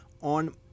on